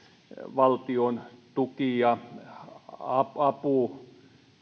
valtion tuki ja apu